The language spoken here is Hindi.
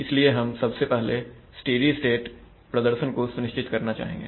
इसलिए हम सबसे पहले स्टेडी स्टेट प्रदर्शन को सुनिश्चित करना चाहेंगे